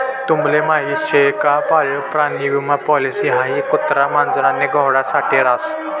तुम्हले माहीत शे का पाळीव प्राणी विमा पॉलिसी हाई कुत्रा, मांजर आणि घोडा साठे रास